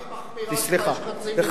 בהערכה הכי מחמירה שלך יש חצי מיליון מתיישבים.